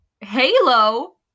Halo